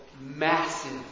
massive